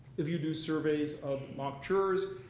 if you do surveys of mock jurors,